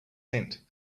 cent